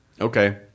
okay